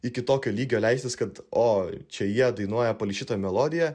iki tokio lygio leistis kad o čia jie dainuoja palei šitą melodiją